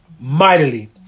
mightily